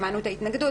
שמענו את ההתנגדות,